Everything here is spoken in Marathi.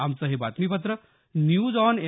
आमचं हे बातमीपत्र न्यूज ऑन ए